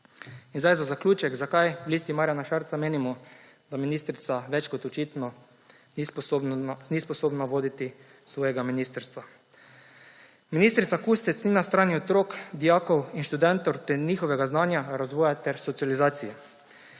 položaja. Za zaključek, zakaj v Listi Marjana Šarca menimo, da ministrica več kot očitno ni sposobna voditi svojega ministrstva. Ministrica Kustec ni na strani otrok, dijakov in študentov ter njihovega znanja, razvoja ter socializacije.